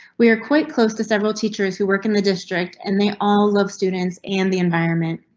we are quite close to several teachers who work in the district and they all love students and the environment.